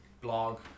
blog